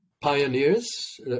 pioneers